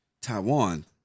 Taiwan